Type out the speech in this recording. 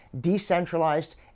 decentralized